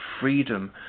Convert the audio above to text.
freedom